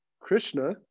Krishna